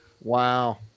Wow